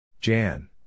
Jan